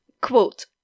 quote